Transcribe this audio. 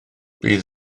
bydd